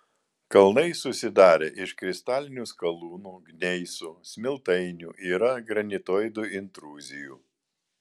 kalnai susidarę iš kristalinių skalūnų gneisų smiltainių yra granitoidų intruzijų